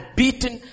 beaten